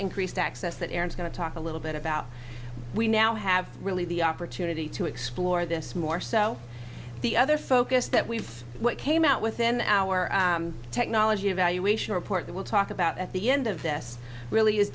increased access that aaron's going to talk a little bit about we now have really the opportunity to explore this more so the other focus that we've what came out within our technology evaluation report that we'll talk about at the end of this really is